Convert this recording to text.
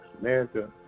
America